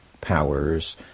powers